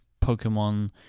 Pokemon